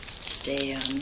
stay